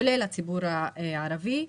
כולל הציבור הערבי,